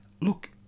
look